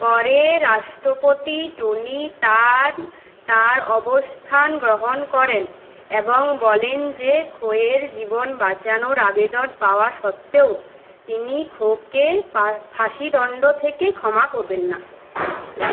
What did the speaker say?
পরে রাষ্ট্রপতি Tony Tan তাঁর অবস্থান গ্রহণ করেন এবং বলেন যে খো এর জীবন বাঁচানোর আবেদন পাওয়া সত্ত্বেও তিনি খো কে ফা ফাঁসিদণ্ড থেকে ক্ষমা করবেন না